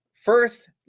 First